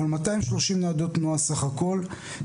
אבל 230 ניידות תנועה סך הכל.